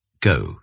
Go